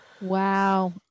Wow